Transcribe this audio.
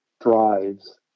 drives